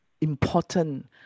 important